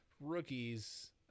rookies